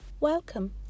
Welcome